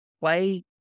play